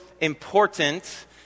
important—